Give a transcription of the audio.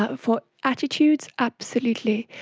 ah for attitudes, absolutely.